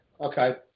okay